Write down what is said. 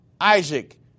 Isaac